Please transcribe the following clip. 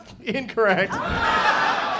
Incorrect